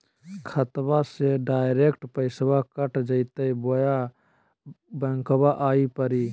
खाताबा से डायरेक्ट पैसबा कट जयते बोया बंकबा आए परी?